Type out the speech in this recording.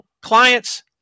clients